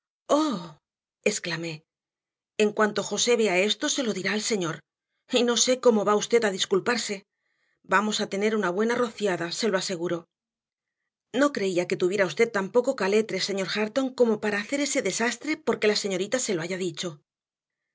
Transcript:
oh exclamé en cuanto josé vea esto se lo dirá al señor y no sé cómo va usted a disculparse vamos a tener una buena rociada se lo aseguro no creía que tuviera usted tan poco caletre señor hareton como para hacer ese desastre porque la señorita se lo haya dicho